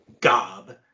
gob